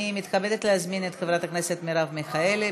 אני מתכבדת להזמין את חברת הכנסת מרב מיכאלי,